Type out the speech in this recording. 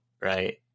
Right